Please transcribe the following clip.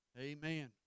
Amen